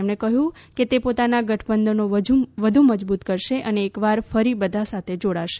તેમણે કહ્યું કે તે પોતાનાં ગઠબંધનો મજબૂત કરશે અને એકવાર ફરી બધાં સાથે જોડાશે